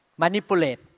Manipulate